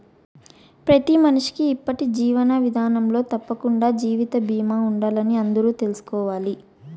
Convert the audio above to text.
ప్రతి మనిషికీ ఇప్పటి జీవన విదానంలో తప్పకండా జీవిత బీమా ఉండాలని అందరూ తెల్సుకోవాలి